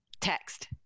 Text